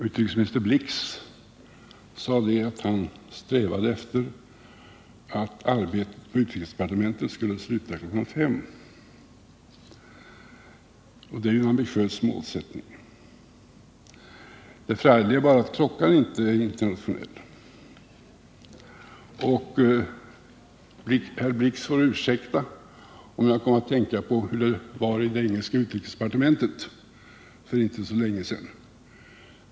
Utrikesminister Blix sade, att han strävade efter att arbetet på utrikesdepartementet skulle sluta kl. 5 på eftermiddagen. Det är ju en ambitiös målsättning. Det förargliga är bara att klockan inte visar samma tid överallt i världen. Herr Blix får ursäkta om jag kom att tänka på hur det var i det engelska utrikesdepartementet för inte så länge sedan.